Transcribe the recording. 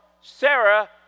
Sarah